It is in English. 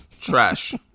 Trash